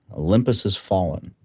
olympus has fallen.